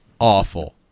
awful